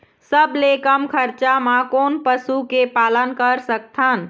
सबले कम खरचा मा कोन पशु के पालन कर सकथन?